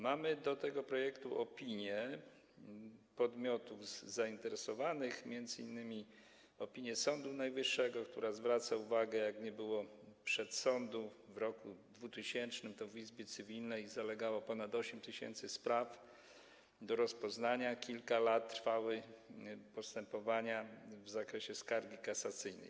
Mamy do tego projektu opinię podmiotów zainteresowanych, m.in. opinię Sądu Najwyższego, w której zwraca się uwagę na to, że jak nie było przedsądu w roku 2000, to w Izbie Cywilnej zalegało ponad 8 tys. spraw do rozpoznania, kilka lat trwały postępowania w zakresie skargi kasacyjnej.